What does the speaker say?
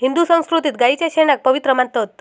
हिंदू संस्कृतीत गायीच्या शेणाक पवित्र मानतत